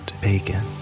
bacon